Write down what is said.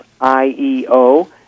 IEO